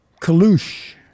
Kalouche